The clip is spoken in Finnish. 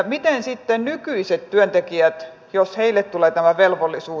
miten sitten nykyiset työntekijät jos heille tulee tämä velvollisuus